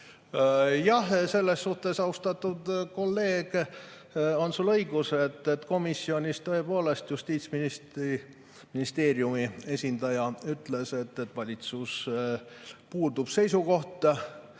Jah, selles suhtes, austatud kolleeg, on sul õigus, et komisjonis tõepoolest Justiitsministeeriumi esindaja ütles, et valitsusel puudub seisukoht.